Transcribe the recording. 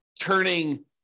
turning